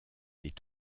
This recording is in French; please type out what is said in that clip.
est